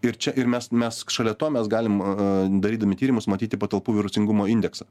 ir čia ir mes mes šalia to mes galim darydami tyrimus matyti patalpų virusingumo indeksą